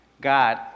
God